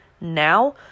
Now